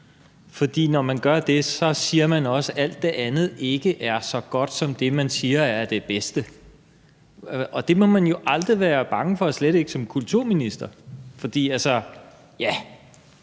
for når man gør det, siger man også, at alt det andet ikke er så godt som det, man siger er det bedste. Det må man jo aldrig være bange for, slet ikke som kulturminister. Kulturen